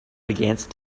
against